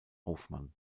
hoffmann